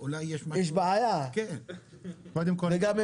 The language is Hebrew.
למרות שתכף אני אדבר על זה שגם בעת